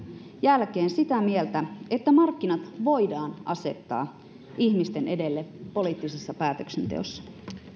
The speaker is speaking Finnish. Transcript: jälkeen sitä mieltä että markkinat voidaan asettaa ihmisten edelle poliittisessa päätöksenteossa